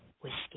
whiskey